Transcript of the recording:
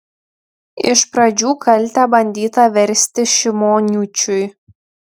iš pradžių kaltę bandyta versti šimoniūčiui